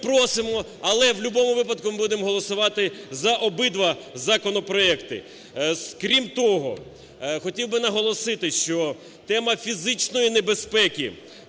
але в любому випадку ми будемо голосувати за обидва законопроекти. Крім того, хотів би наголосити, що тема фізичної небезпеки